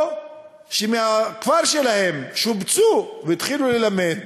או מהכפר שלהם, ששובצו והתחילו ללמד